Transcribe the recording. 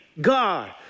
God